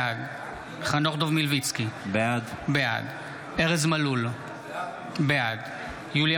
בעד חנוך דב מלביצקי, בעד ארז מלול, בעד יוליה